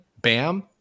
Bam